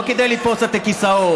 לא כדי לתפוס את הכיסאות.